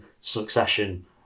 succession